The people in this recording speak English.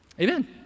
Amen